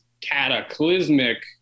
cataclysmic